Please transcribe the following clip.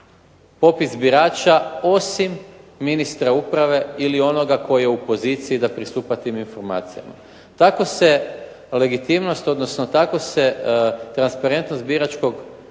popis birača, osim ministra uprave ili onoga koji je u poziciji da pristupa tim informacijama. Tako se legitimnost odnosno tako se transparentnost biračkog